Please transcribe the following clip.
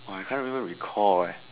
!wah! I can't even recall eh